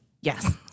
Yes